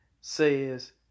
says